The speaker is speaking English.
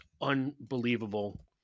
unbelievable